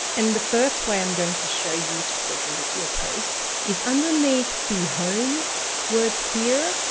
and the first way i'm going to show you to schedule your post is underneath the home words here,